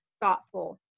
thoughtful